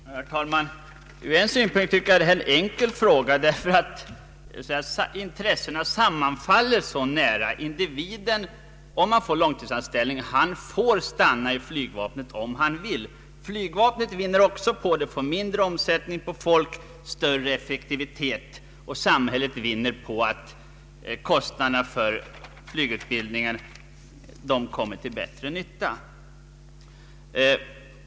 Herr talman! Från en synpunkt tycker jag att det här är ett enkelt problem, därför att intressena sammanfaller så nära. Kan långtidsanställning ordnas, är det till fördel för individen, som får stanna i flygvapnet om han vill. Flygvapnet vinner också på det, därför att det blir mindre omsättning på folk och därmed större effektivitet. Och samhället vinner på att kostnaderna för flygutbildningen kommer till bättre nytta.